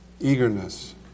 eagerness